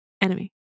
enemy